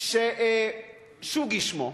שוגי שמו,